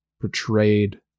portrayed